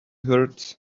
hurts